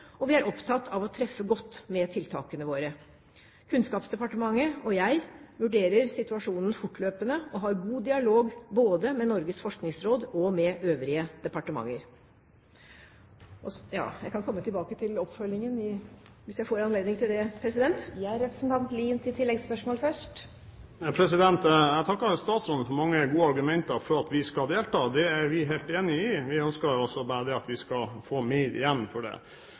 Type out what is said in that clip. og vi er opptatt av å treffe godt med tiltakene våre. Kunnskapsdepartementet og jeg vurderer situasjonen fortløpende og har god dialog både med Norges forskningsråd og med øvrige departementer. Jeg kan komme tilbake med en oppfølging, hvis jeg får anledning til det. Jeg takker statsråden for mange gode argumenter for at vi skal delta. Det er vi helt enig i. Vi ønsker bare at vi skal få mer igjen for det.